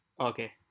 Okay